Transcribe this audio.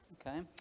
okay